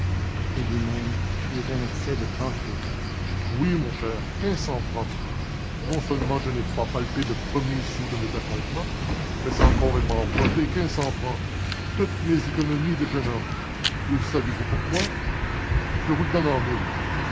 et lui-même eut un accès de franche gaîté oui mon cher quinze cents francs non seulement je n'ai pas palpé le premier sou de mes appointements mais encore elle m'a emprunté quinze cents francs toutes mes économies de jeune homme et savez-vous pourquoi je vous le donne en mille